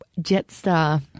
Jetstar